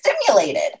stimulated